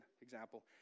example